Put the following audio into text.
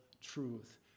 truth